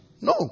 no